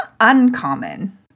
uncommon